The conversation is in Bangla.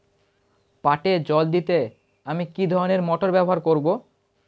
পাটে জল দিতে আমি কি ধরনের মোটর ব্যবহার করব?